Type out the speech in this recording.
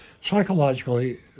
Psychologically